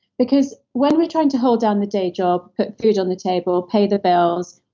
because when we're trying to hold down the day job, put food on the table, pay the bills,